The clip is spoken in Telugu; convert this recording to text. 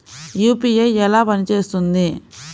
యూ.పీ.ఐ ఎలా పనిచేస్తుంది?